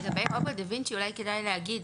לגבי רובוט דה וינצ'י, אולי כדאי להגיד